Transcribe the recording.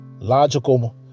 logical